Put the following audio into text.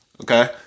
Okay